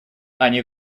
они